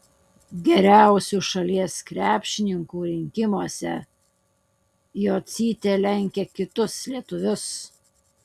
geriausių šalies krepšininkų rinkimuose jocytė lenkia kitus lietuvius